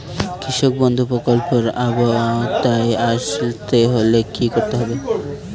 কৃষকবন্ধু প্রকল্প এর আওতায় আসতে হলে কি করতে হবে?